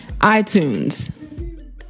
iTunes